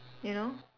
you know